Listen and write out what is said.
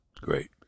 Great